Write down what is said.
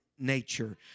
Nature